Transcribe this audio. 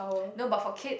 no but for kids